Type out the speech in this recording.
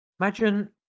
imagine